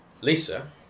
Lisa